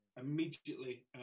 immediately